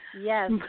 Yes